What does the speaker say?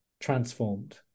transformed